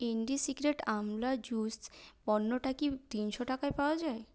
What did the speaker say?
ইন্ডিসিক্রেট আমলা জুস পণ্যটা কি তিনশো টাকায় পাওয়া যায়